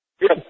Yes